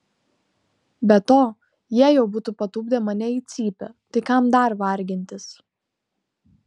be to jie jau būtų patupdę mane į cypę tai kam dar vargintis